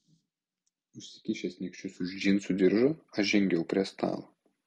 užsikišęs nykščius už džinsų diržo aš žengiau prie stalo